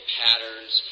patterns